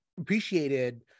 appreciated